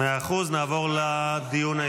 תודה רבה לחבר הכנסת גואטה.